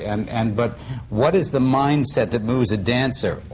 and and but what is the mindset that moves a dancer